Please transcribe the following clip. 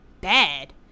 bad